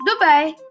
Dubai